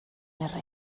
erre